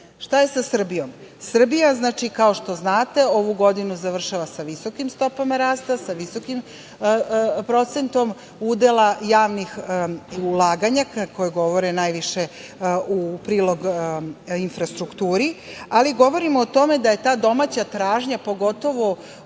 EU.Šta je sa Srbijom? Srbija, kao što znate, ovu godinu završava sa visokim stopama rasta, sa visokim procentom udela javnih ulaganja koje govore najviše u prilog infrastrukturi, ali govorimo o tome da je ta domaća tražnja pogotovo